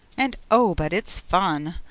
and oh, but it's fun!